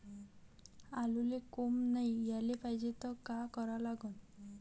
आलूले कोंब नाई याले पायजे त का करा लागन?